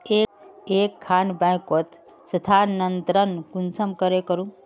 एक खान बैंकोत स्थानंतरण कुंसम करे करूम?